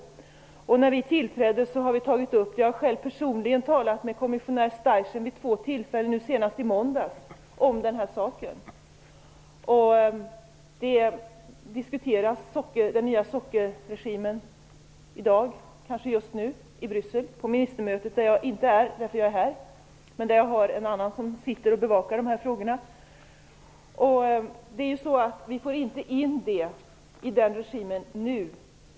När den nuvarande regeringen tillträdde tog vi upp frågan. Jag har själv personligen talat med kommissionär René Steichen vid två tillfällen, nu senast i måndags, om den här saken. Den nya sockerregimen diskuteras i dag, och kanske just nu, på ministermötet i Bryssel, där jag inte är därför att jag är här. Men jag har någon som sitter och bevakar dessa frågor. Vi får nu inte in detta i den regimen.